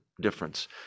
difference